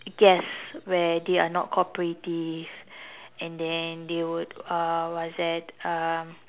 guest where they are not cooperative and then they would uh what's that um